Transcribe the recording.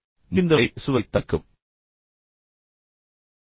முடிந்தவரை பேசுவதைத் தவிர்க்கவும்